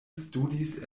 studis